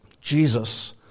Jesus